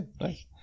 nice